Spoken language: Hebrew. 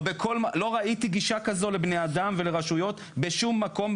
לא ראיתי גישה כזו לבני אדם ולרשויות בשום מקום,